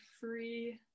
free